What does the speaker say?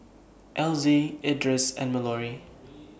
Elzie Edris and Malorie